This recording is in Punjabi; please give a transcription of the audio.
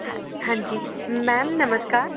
ਹਾਂ ਹਾਂਜੀ ਮੈਮ ਨਮਸਕਾਰ